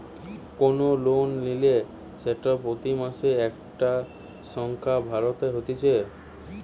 কোন লোন নিলে সেটা প্রতি মাসে একটা সংখ্যা ভরতে হতিছে